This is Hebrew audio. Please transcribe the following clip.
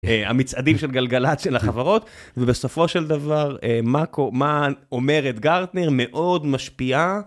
המצעדים של גלגלץ של החברות ובסופו של דבר מה אומרת גרטנר מאוד משפיעה.